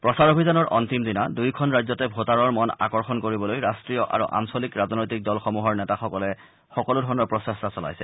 প্ৰচাৰ অভিযানৰ অন্তিম দিনা দুয়োখন ৰাজ্যতে ভোটাৰৰ মন আকৰ্ষণ কৰিবলৈ ৰাষ্ট্ৰীয় আৰু আঞ্চলিক ৰাজনৈতিক দলসমূহৰ নেতাসকলে সকলো ধৰণৰ প্ৰচেষ্টা চলাইছে